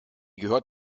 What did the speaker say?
gehört